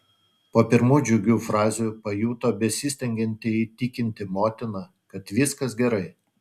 po pirmų džiugių frazių pajuto besistengianti įtikinti motiną kad viskas gerai